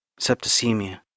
Septicemia